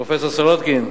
פרופסור סולודקין,